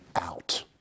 out